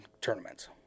tournaments